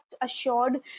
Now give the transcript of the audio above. assured